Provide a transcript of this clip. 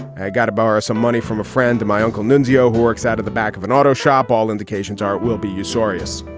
i gotta borrow some money from a friend of my uncle nunzio, who works out of the back of an auto shop. all indications are we'll be you serious?